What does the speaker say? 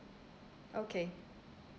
okay